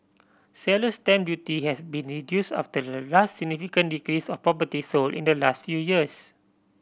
seller's stamp duty has been reduced after the last significant decrease of properties sold in the last few years